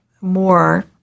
more